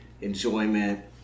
enjoyment